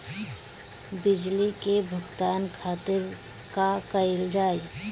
बिजली के भुगतान खातिर का कइल जाइ?